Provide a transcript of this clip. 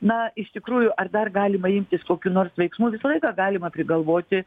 na iš tikrųjų ar dar galima imtis kokių nors veiksmų visą laiką galima prigalvoti